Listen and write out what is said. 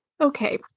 Okay